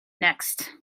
next